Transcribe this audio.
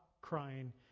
crying